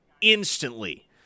instantly